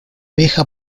vieja